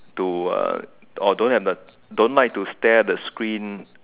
to uh or don't have the don't like to stare at a screen